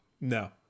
No